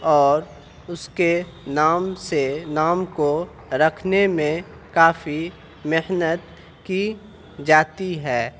اور اس کے نام سے نام کو رکھنے میں کافی محنت کی جاتی ہے